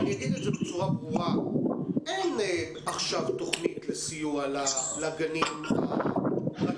ואני אגיד את זה בצורה ברורה: אין עכשיו תוכנית סיוע לגנים הפרטיים,